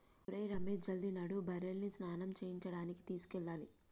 ఒరేయ్ రమేష్ జల్ది నడు బర్రెలను స్నానం చేయించడానికి తీసుకెళ్లాలి